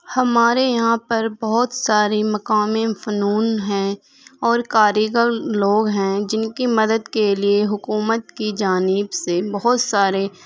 ہمارے یہاں پر بہت ساری مقامی فنون ہیں اور کاریگر لوگ ہیں جن کی مدد کے لیے حکومت کی جانب سے بہت سارے